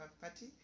party